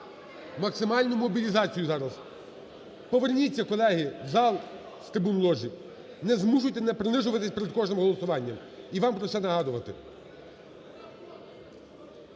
максимальну мобілізацію зараз. Поверніться, колеги, в зал з трибун ложі, не змушуйте мене принижуватись перед кожним голосуванням і вам про це нагадувати.